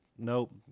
Nope